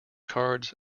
cards